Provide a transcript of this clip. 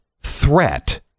threat